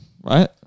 right